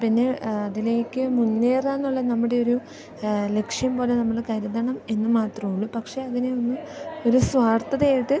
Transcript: പിന്നെ അതിലേക്ക് മുന്നേറാനുള്ള നമ്മുടെ ഒരു ലക്ഷ്യം പോലെ നമ്മൾ കരുതണം എന്ന് മാത്രമുള്ളു പക്ഷേ അതിനെ ഒന്ന് ഒരു സ്വാർത്ഥത ആയിട്ട്